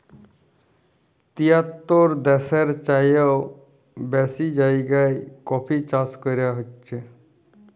তিয়াত্তর দ্যাশের চাইয়েও বেশি জায়গায় কফি চাষ ক্যরা হছে